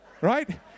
right